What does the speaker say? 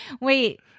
Wait